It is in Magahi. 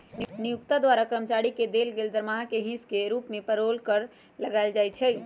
नियोक्ता द्वारा कर्मचारी के देल गेल दरमाहा के हिस के रूप में पेरोल कर लगायल जाइ छइ